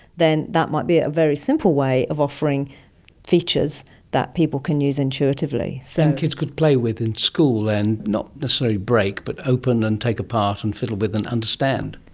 then that might be a very simple way of offering features that people can use intuitively. so and kids could play with in school and not necessarily break but open and take apart and fiddle with and understand.